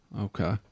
Okay